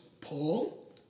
Paul